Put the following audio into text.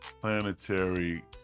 planetary